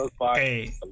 Hey